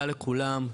תודה לכולם,